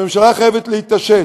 הממשלה חייבת להתעשת,